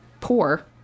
poor